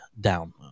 down